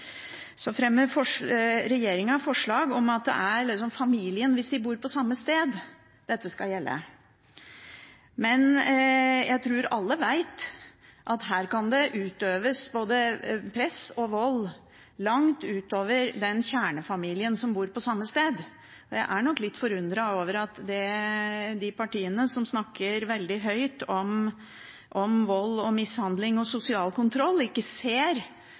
forslag om at dette skal gjelde familien hvis de bor på samme sted, men jeg tror alle vet at her kan det utøves både press og vold fra personer langt utover den kjernefamilien som bor på samme sted. Jeg er litt forundret over at de partiene som snakker veldig høyt om vold, mishandling og sosial kontroll, ikke ser